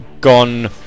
gone